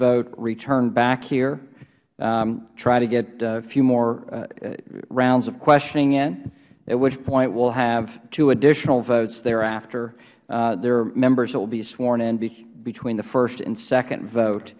vote return back here try to get a few more rounds of questioning in at which point we'll have two additional votes thereafter there are members that will be sworn in between the first and second vote